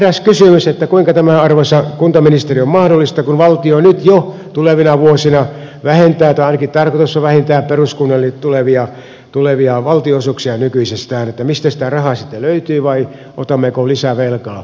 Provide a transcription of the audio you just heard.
minulla heräsi kysymys kuinka tämä arvoisa kuntaministeri on mahdollista kun valtio nyt jo tulevina vuosina vähentää tai ainakin sen on tarkoitus vähentää peruskunnille tulevia valtionosuuksia nykyisestään eli mistä sitä rahaa sitten löytyy vai otammeko lisävelkaa